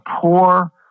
poor